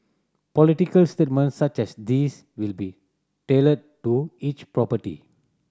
political statements such as these will be tailored to each property